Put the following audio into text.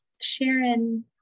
Sharon